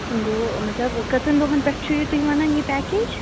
گوٚو مَطلَب کٔژَن دۅہَن پیٚٹھ چھُ یہِ تُہۍ ونان یہِ پیکیٚج